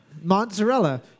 Mozzarella